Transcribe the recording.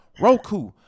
roku